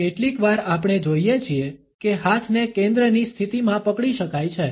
કેટલીકવાર આપણે જોઇએ છીએ કે હાથને કેન્દ્રની સ્થિતિમાં પકડી શકાય છે